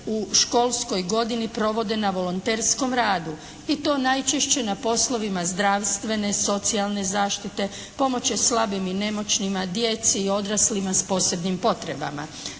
u školskoj godini provode na volonterskom radu i to najčešće na poslovima zdravstvene, socijalne zaštite, pomoći slabima i nemoćnima, djeci i odraslima s posebnim potrebama.